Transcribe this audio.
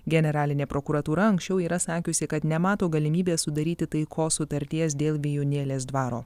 generalinė prokuratūra anksčiau yra sakiusi kad nemato galimybės sudaryti taikos sutarties dėl vijūnėlės dvaro